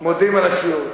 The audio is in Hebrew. מודים על השיעור.